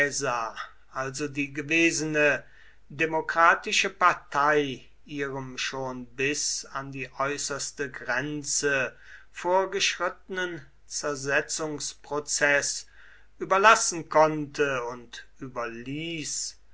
also die gewesene demokratische partei ihrem schon bis an die äußerste grenze vorgeschrittenen zersetzungsprozeß überlassen konnte und überließ